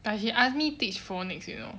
but he ask me teach phonics you know